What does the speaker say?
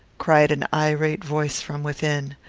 cried an irate voice from within.